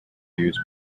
views